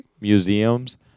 museums